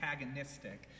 antagonistic